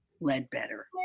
Ledbetter